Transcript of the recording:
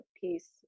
piece